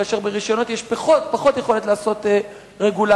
כאשר ברשיונות יש פחות יכולת לעשות רגולציה,